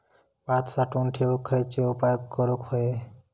भात साठवून ठेवूक खयचे उपाय करूक व्हये?